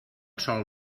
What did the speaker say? sol